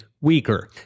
weaker